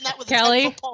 Kelly